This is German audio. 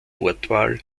wortwahl